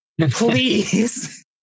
Please